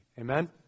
Amen